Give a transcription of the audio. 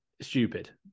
stupid